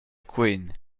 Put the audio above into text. quen